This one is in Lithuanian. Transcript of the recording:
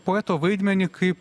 poeto vaidmenį kaip